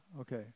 Okay